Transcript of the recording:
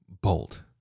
bolt